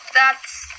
That's-